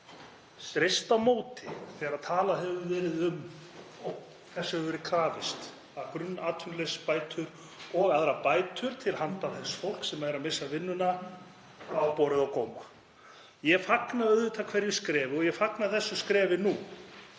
streist á móti þegar talað hefur verið um og þess hefur verið krafist að grunnatvinnuleysisbætur og aðrar bætur til þess fólks sem er að missa vinnuna verði hækkaðar. Ég fagna auðvitað hverju skrefi og ég fagna þessu skrefi nú